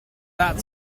that